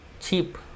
cheap